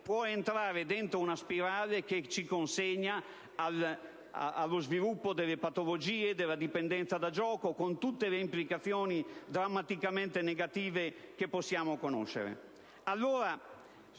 entrando dentro una spirale che consegna allo sviluppo delle patologie, della dipendenza da gioco, con tutte le implicazioni drammaticamente negative che possiamo conoscere.